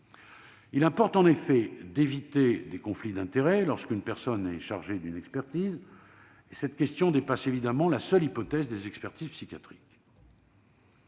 Il importe effectivement d'éviter des conflits d'intérêts lorsqu'une personne est chargée d'une expertise, et cette question dépasse évidemment la seule hypothèse des expertises psychiatriques.